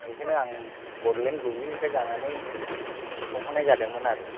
बेखौनो आं बड'लेण्ड बुब्लिनिफ्राय जानानै सोंहरनाय जादोंमोन आरो